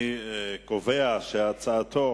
אני קובע שהצעתו